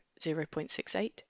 0.68